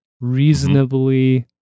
reasonably